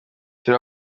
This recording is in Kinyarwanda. turi